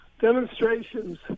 demonstrations